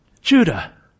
Judah